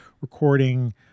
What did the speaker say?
recording